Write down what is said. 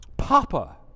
Papa